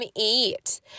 eat